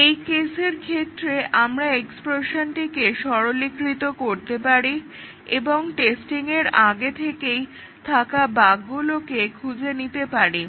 এই কেসের ক্ষেত্রে আমরা এক্সপ্রেশনটিকে সরলিকৃত করতে পারি এবং টেস্টিংয়ের আগে থেকেই থাকা বাগগুলোকে খুঁজে নিতে পারি